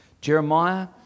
Jeremiah